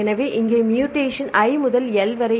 எனவே இங்கே mutation I முதல் L வரை